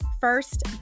First